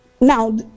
now